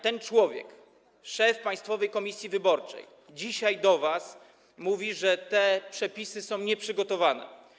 Ten człowiek, szef Państwowej Komisji Wyborczej, mówi dzisiaj do was, że te przepisy są nieprzygotowane.